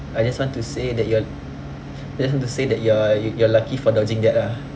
I just want to say that you're just want to say that you are you are you are lucky for dodging that lah